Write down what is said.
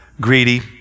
greedy